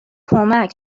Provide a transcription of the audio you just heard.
کمک